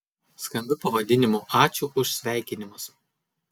skambiu pavadinimu ačiū už sveikinimus